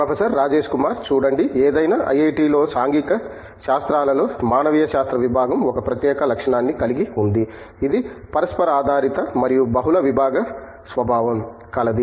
professor Rajesh Kumar చూడండి ఏదైనా ఐఐటిలో సాంఘిక శాస్త్రాలలో మానవీయ శాస్త్ర విభాగం ఒక ప్రత్యేక లక్షణాన్ని కలిగి ఉంది ఇది పరస్పరాధారిత మరియు బహుళ విభాగ స్వభావం కలది